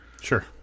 sure